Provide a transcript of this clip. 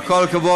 עם כל הכבוד,